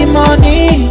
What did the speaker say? money